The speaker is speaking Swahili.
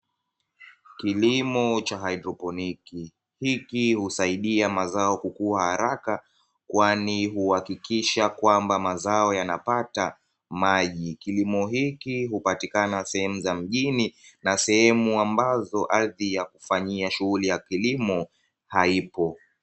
Kilimo cha hyroponiki, hiki husaidia mazao kukua haraka, kwani uhakikisha kwamba mazao yanapata maji. Kilimo hiki hupatikana sehemu za mjini au sehemu ambazo ardhi kwa ajili ya kufanyia kilimo haipo.